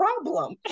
problem